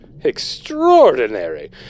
extraordinary